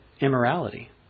immorality